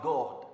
God